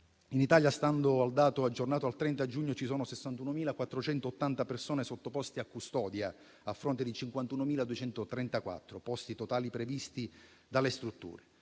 In Italia, stando al dato aggiornato al 30 giugno, ci sono 61.480 persone sottoposte a custodia, a fronte di 51.234 posti totali previsti dalle strutture.